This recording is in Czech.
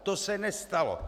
To se nestalo.